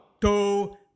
Two